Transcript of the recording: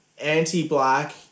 anti-black